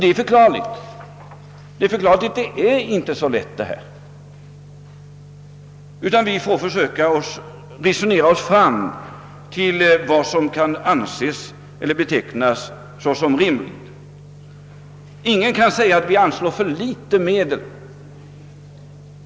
Det är förklarligt, ty denna fråga är inte så enkel. Vi får försöka resonera oss fram till vad som kan betecknas som rimligt. Ingen kan säga att vi anslår för litet medel.